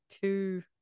two